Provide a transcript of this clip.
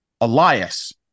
Elias